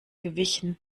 gewichen